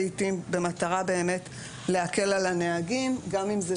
לעתים במטרה באמת להקל על הנהגים גם אם זה